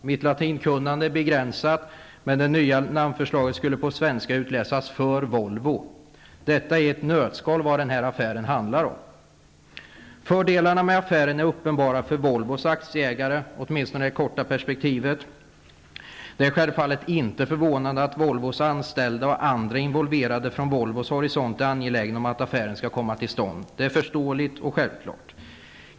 Mitt latinkunnande är begränsat, men det nya namnförslaget skulle på svenska utläsas: För Volvo. Detta är i ett nötskal vad denna affär handlar om. Fördelarna med affären är uppenbara för Volvos aktieägare, åtminstone i det korta perspektivet. Det är självfallet inte förvånande att Volvos anställda och andra involverade från Volvos horisont är angelägna om att affären skall komma till stånd. Det är förståeligt och självklart.